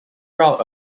route